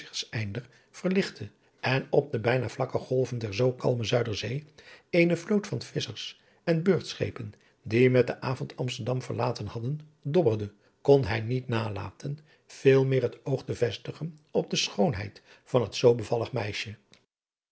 verlichtte en op de bijna vlakke golven der nu zoo kalme zuiderzee eene vloot van visschers en beurtschepen die met den avond amsterdam verlaten hadden dobberde kon hij niet nalaten veelmeer het oog te vestigen op de schoonheid van het zoo bevallig meisje